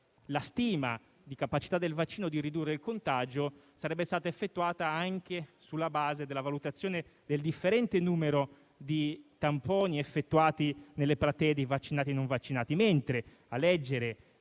la stima di capacità del vaccino di ridurre il contagio sarebbe stata effettuata anche sulla base della valutazione del differente numero di tamponi effettuati nelle platee dei vaccinati e non. In realtà, a leggere